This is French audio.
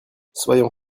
soyons